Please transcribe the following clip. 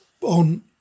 on